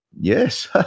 yes